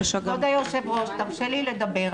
תרשה לי לדבר.